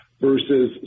versus